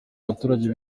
abaturage